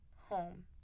home